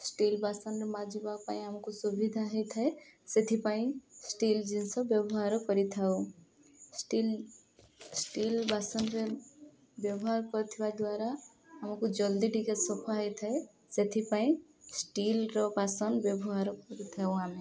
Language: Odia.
ଷ୍ଟିଲ୍ ବାସନରେ ମାଜିବା ପାଇଁ ଆମକୁ ସୁବିଧା ହେଇଥାଏ ସେଥିପାଇଁ ଷ୍ଟିଲ୍ ଜିନିଷ ବ୍ୟବହାର କରିଥାଉ ଷ୍ଟିଲ୍ ଷ୍ଟିଲ୍ ବାସନରେ ବ୍ୟବହାର କରିଥିବା ଦ୍ୱାରା ଆମକୁ ଜଲ୍ଦି ଟିକେ ସଫା ହେଇଥାଏ ସେଥିପାଇଁ ଷ୍ଟିଲ୍ର ବାସନ ବ୍ୟବହାର କରିଥାଉ ଆମେ